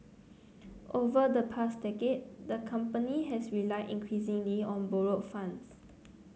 over the past decade the company has relied increasingly on borrowed funds